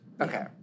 okay